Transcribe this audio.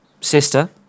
sister